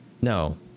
No